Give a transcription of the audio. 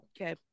okay